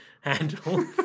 handle